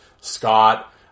Scott